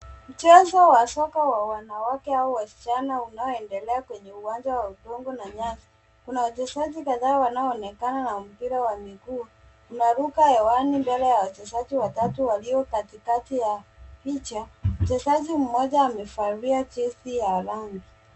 Mchezo wa soka wa wanawake au wasichana unaoendelea kwenye uwanja wa udongo na nyasi. Kuna wachezaji kadhaa wanaonekana na mpira wa miguu. Unaruka hewani mbele ya wachezaji watatu walio katikati ya picha. Mchezaji mmoja amevalia jezi ya rangi.